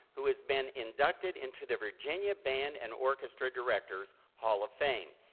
who has been inducted into the virginia band and orchestra directors hall of fame.